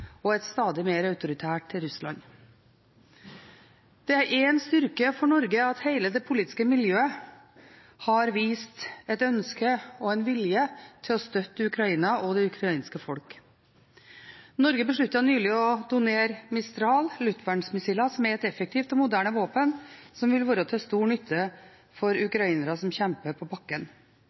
og et stadig mer autoritært Russland. Det er en styrke for Norge at hele det politiske miljøet har vist et ønske og en vilje til å støtte Ukraina og det ukrainske folk. Norge besluttet nylig å donere Mistral luftvernmissiler, som er et effektivt og moderne våpen som vil være til stor nytte for ukrainere som kjemper på bakken.